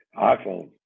iPhone